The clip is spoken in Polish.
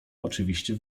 oczywiście